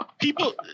People